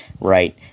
right